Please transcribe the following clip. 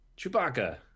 Chewbacca